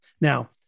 Now